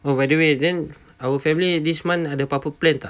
oh by the way then our family this month ada apa-apa plan tak